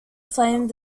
flame